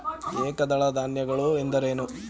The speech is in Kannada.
ಏಕದಳ ಧಾನ್ಯಗಳು ಎಂದರೇನು?